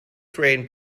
train